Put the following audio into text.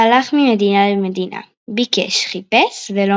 מאת חיים נחמן ביאליק